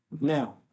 Now